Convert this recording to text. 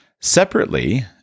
Separately